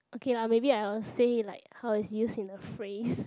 okay lah maybe I would say like how it's use in a phrase